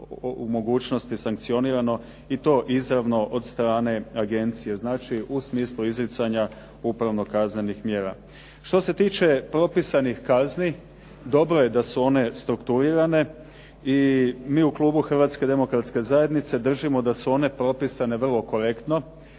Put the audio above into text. u mogućnosti sankcionirano i to izravno od strane agencije, znači u smislu izricanja upravno kaznenih mjera. Što se tiče propisanih kazni dobro je da su one struktuirane i mi u klubu Hrvatske demokratske zajednice držimo da su one propisane vrlo korektno,